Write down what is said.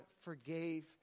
forgave